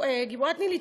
גיבורת ניל"י,